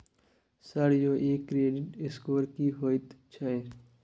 Sir यौ इ credit score की होयत छै?